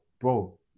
Bro